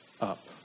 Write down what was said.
up